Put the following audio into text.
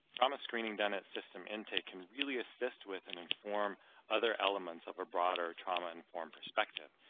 trauma screening done at system intake can really assist with and inform other elements of a broader trauma-informed perspective.